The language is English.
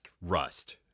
rust